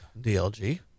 DLG